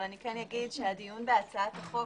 אבל אומר שהדיון בהצעת החוק